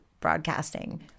broadcasting